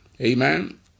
Amen